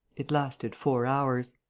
it lasted four hours.